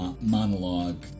monologue